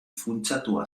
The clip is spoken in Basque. funtsatua